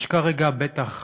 יש כרגע בטח